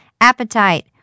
Appetite